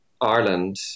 Ireland